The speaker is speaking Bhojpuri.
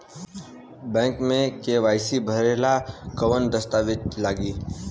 बैक मे के.वाइ.सी भरेला कवन दस्ता वेज लागी?